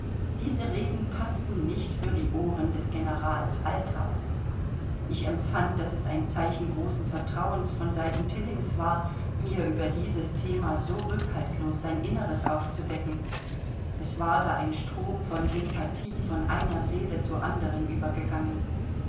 diese reden paßten nicht für die ohren des generals althaus ich empfand daß es ein zeichen großen vertrauens von seiten tillings war mir über dieses thema so rückhaltlos sein inneres aufzudecken es war da ein strom von sympathie von einer seele zur anderen übergegangen